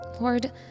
Lord